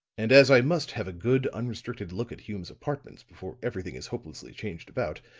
and as i must have a good unrestricted look at hume's apartments before everything is hopelessly changed about,